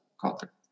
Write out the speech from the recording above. culture